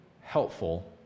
helpful